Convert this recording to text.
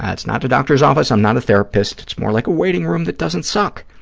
ah it's not a doctor's office. i'm not a therapist. it's more like a waiting room that doesn't suck.